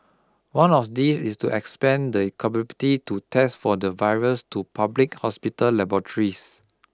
one of these is to expand the capability to test for the virus to public hospital laboratories